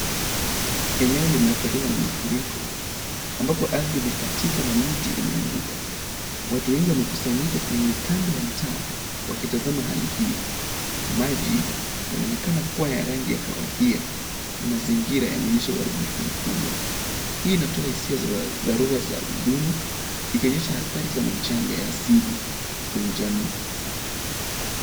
Eneo limeathiriwa na mafuriko ambapo ardhi imekatika na miti imeanguka. Watu wengi wamekusanyika kwenye kando ya mtaa wakitazama hali hiyo. Maji yanaonekana kuwa ya rangi ya kahawia na mazingira yanaonyesha uharibifu mkubwa. Hii inatoa hisia za dharura za huzuni ikionyesha athari za majanga ya asili kwenye jamii.